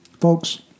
Folks